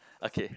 okay